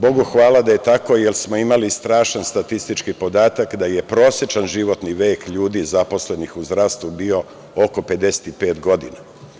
Bogu hvala da je tako, jer smo imali strašan statistički podatak, da je prosečan životni vek ljudi zaposlenih u zdravstvu bio oko 55 godina.